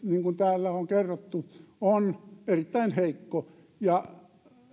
kuin täällä on kerrottu on erittäin heikko